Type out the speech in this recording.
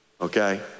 Okay